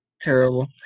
terrible